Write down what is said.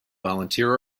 volunteer